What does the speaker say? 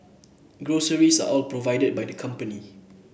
groceries are all provided by the company